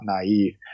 naive